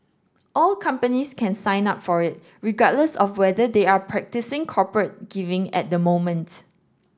all companies can sign up for it regardless of whether they are practising corporate giving at the moment